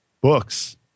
books